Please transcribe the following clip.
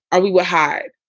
ah we would hide,